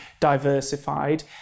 diversified